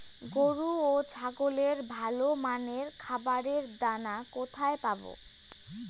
গরু ও ছাগলের ভালো মানের খাবারের দানা কোথায় পাবো?